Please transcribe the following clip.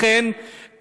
לכן,